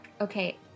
Okay